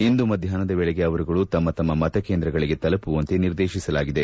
ಇಂದು ಮದ್ಯಾಷ್ನದ ವೇಳೆಗೆ ಅವರುಗಳು ತಮ್ಮ ತಮ್ಮ ಮತಕೇಂದ್ರಗಳಿಗೆ ತಲುಪುವಂತೆ ನಿರ್ದೇಶಿಸಲಾಗಿದೆ